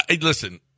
listen